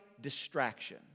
distraction